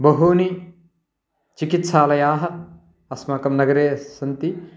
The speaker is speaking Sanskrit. बहूनि चिकित्सालयाः अस्माकं नगरे सन्ति